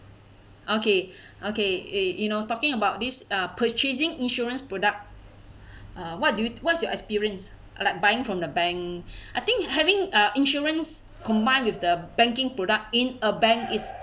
okay okay eh you know talking about this uh purchasing insurance product uh what do you what's your experience like buying from the bank I think having uh insurance combined with the banking product in a bank is